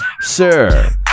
Sir